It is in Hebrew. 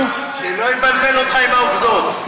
שלא יבלבל אותך עם העובדות.